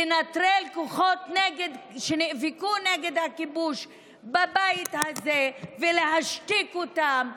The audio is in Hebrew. לנטרל כוחות שנאבקו נגד הכיבוש בבית הזה ולהשתיק אותם,